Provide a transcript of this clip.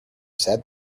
said